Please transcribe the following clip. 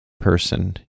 person